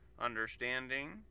understanding